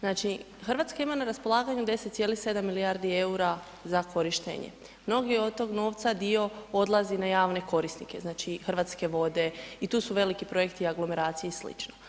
Znači, RH ima na raspolaganju 10,7 milijardi EUR-a za korištenje, mnogi od tog novca dio odlazi na javne korisnike, znači Hrvatske vode i tu su veliki projekti aglomeracije i sl.